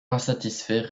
insatisfait